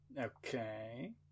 Okay